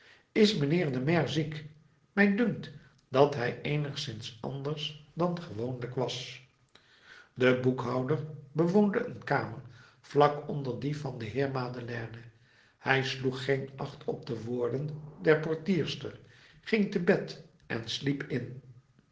is mijnheer de maire ziek mij dunkt dat hij eenigszins anders dan gewoonlijk was de boekhouder bewoonde een kamer vlak onder die van den heer madeleine hij sloeg geen acht op de woorden der portierster ging te bed en sliep in